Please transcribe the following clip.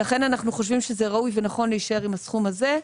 אנחנו חושבים שזה ראוי ונכון להישאר עם הסכום הזה.